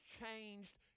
changed